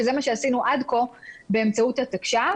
שזה מה שעשינו עד כה באמצעות התקש"ח.